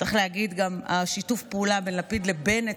צריך גם להגיד ששיתוף הפעולה בין לפיד לבנט,